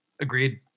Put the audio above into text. Agreed